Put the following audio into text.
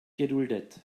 geduldet